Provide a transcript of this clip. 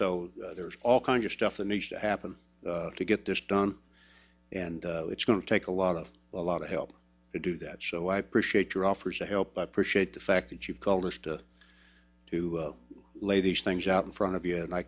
so there's all kinds of stuff that needs to happen to get this done and it's going to take a lot of a lot of help to do that so i appreciate your offer to help appreciate the fact that you've called us to to lay these things out in front of you and i